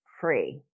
free